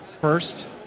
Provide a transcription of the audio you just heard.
first